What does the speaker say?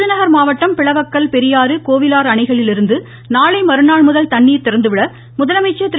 விருதுநகர் மாவட்டம் பிளவக்கல் பெரியாறு கோவிலாறு அணைகளிலிருந்து நாளை மறுநாள்முதல் தண்ணீர் திறந்துவிட முதலமைச்சர் திரு